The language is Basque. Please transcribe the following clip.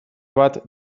bat